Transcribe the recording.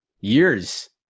years